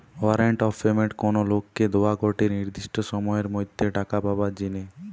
warrant of payment কোনো লোককে দোয়া গটে নির্দিষ্ট সময়ের মধ্যে টাকা পাবার জিনে